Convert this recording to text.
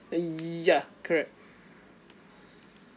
ya correct